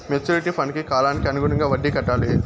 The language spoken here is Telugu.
మెచ్యూరిటీ ఫండ్కు కాలానికి అనుగుణంగా వడ్డీ కట్టాలి